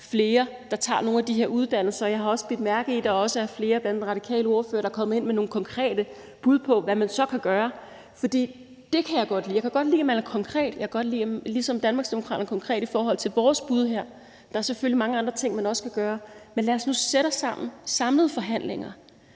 flere, der tager nogle af de her uddannelser, og jeg har også bidt mærke i, at der er flere, bl.a. den radikale ordfører, der er kommet ind med nogle konkrete bud på, hvad man så kan gøre. For jeg kan godt lide, at man er konkret, ligesom vi i Danmarksdemokraterne her er konkrete i forhold til vores bud. Der er selvfølgelig også mange andre ting, man kan gøre, men lad os nu sætte os sammen og så i forhandlinger